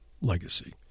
legacy